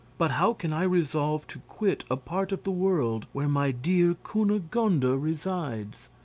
but how can i resolve to quit a part of the world where my dear cunegonde ah resides?